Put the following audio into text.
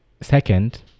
Second